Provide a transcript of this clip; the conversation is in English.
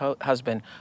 husband